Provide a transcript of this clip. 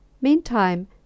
Meantime